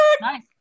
Nice